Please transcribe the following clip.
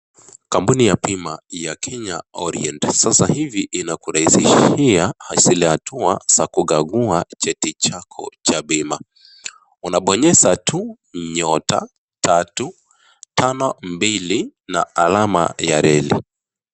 Kampuni ya bima ya Kenya Orient sasa hivi inakurahisishia hatua za kukagua cheti chako cha bima. Unabonyeza tu *352#